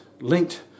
linked